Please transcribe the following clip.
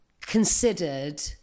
considered